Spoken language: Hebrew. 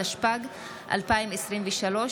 התשפ"ג 2023,